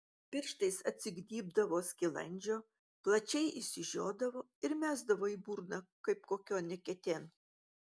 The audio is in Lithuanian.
pirštais atsignybdavo skilandžio plačiai išsižiodavo ir mesdavo į burną kaip kokion eketėn